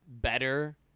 better